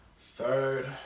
Third